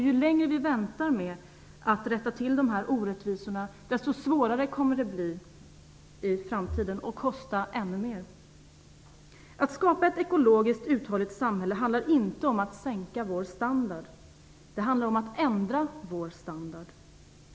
Ju längre vi väntar med att rätta till dessa orättvisor, desto svårare kommer det att bli i framtiden och kosta ännu mer. Att skapa ett ekologiskt uthålligt samhälle handlar inte om att sänka vår standard. Det handlar om att ändra vår standard.